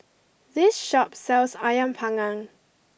this shop sells Ayam Panggang